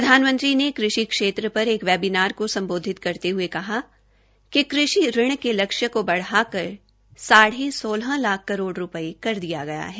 प्रधानमंत्री ने कृषि क्षेत्र पर एक वेबीनार को सम्बोधित करते हये कहा कि कृषि ऋण के लक्ष्य को बढ़ाकर साढ़े सोलह लाख करोड़ रूपये कर दिया गया है